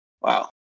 Wow